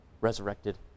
resurrected